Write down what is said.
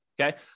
Okay